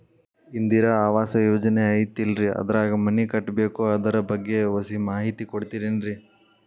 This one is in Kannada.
ಇಂದಿರಾ ಆವಾಸ ಯೋಜನೆ ಐತೇಲ್ರಿ ಅದ್ರಾಗ ಮನಿ ಕಟ್ಬೇಕು ಅದರ ಬಗ್ಗೆ ಒಸಿ ಮಾಹಿತಿ ಕೊಡ್ತೇರೆನ್ರಿ?